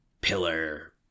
pillar